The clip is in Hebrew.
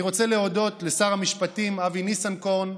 אני רוצה להודות לשר המשפטים אבי ניסנקורן,